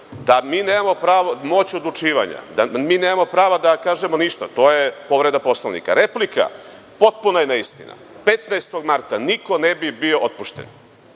da mi nemamo moć odlučivanja, da mi nemamo prava da kažemo ništa. To je povreda Poslovnika. Replika -potpuna je neistina, 15. marta niko ne bi bio otpušten.